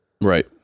right